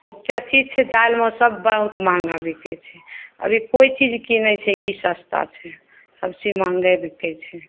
जते चीज छै दालिमे सभ बहुत महँगा बिकै छै अभी कोइ चीज कीनै छै कि सस्ता छै सभचीज महँगे बिकै छै